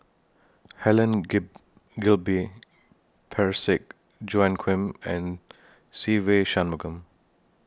Helen Gay Gilbey Parsick Joaquim and Se Ve Shanmugam